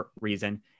reason